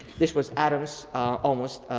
this was adams almost